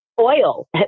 oil